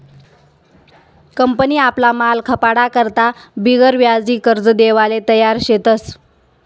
company आपला माल खपाडा करता बिगरव्याजी कर्ज देवाले तयार शेतस